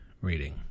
READING